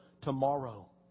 tomorrow